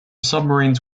submarines